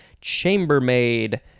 Chambermaid